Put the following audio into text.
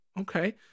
Okay